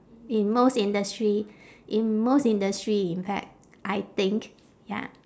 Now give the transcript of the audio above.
in most industry in most industry in fact I think ya